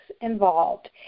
involved